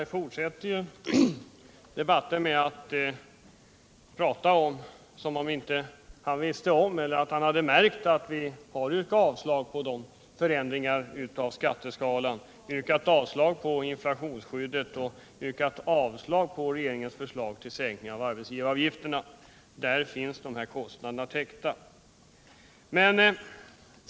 Herr talman! Herr Hörberg fortsätter debatten som om han inte hade märkt att vi har yrkat avslag på de föreslagna förändringarna av skatteskalan, yrkat avslag på inflationsskyddet och yrkat avslag på regeringens förslag till sänkning av arbetsgivaravgifterna. Där täcks kostnaderna för vårt förslag.